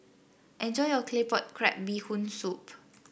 enjoy your Claypot Crab Bee Hoon Soup